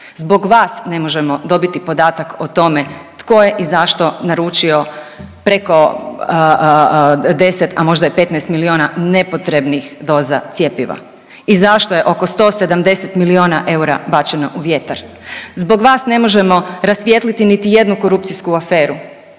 Zbog vas ne možemo dobiti podatak o tome tko je i zašto naručio preko 10, a možda i 15 milijuna nepotrebnih doza cjepiva i zašto je oko 170 milijuna eura bačeno u vjetar. Zbog vas ne možemo rasvijetliti niti jednu korupcijsku aferu.